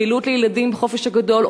פעילות לילדים בחופש הגדול,